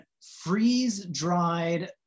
freeze-dried